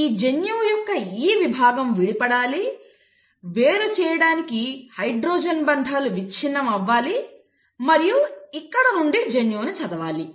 ఈ జన్యువు యొక్క ఈ విభాగం విడిపడాలి వేరుచేయడానికి హైడ్రోజన్ బంధాలు విచ్ఛిన్నం అవ్వాలి మరియు ఇక్కడ నుండి జన్యువు ను చదవాలి